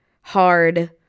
hard